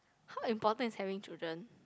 how important is having children